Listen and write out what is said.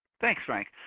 thanks frank.